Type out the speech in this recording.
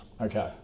Okay